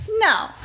No